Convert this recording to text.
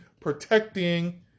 protecting